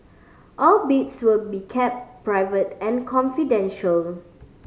all bids will be kept private and confidential